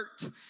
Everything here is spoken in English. hurt